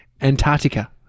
Antarctica